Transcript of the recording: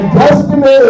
destiny